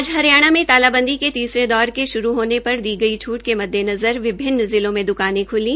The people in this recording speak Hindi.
आज हरियाणा में तालाबंदी के तीसरे दौर के शुरू होनेपर दी गई छूट के मद्देनज़र विभिन्न जिलों में द्कानें खुली